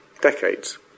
decades